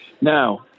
Now